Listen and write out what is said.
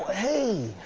hey.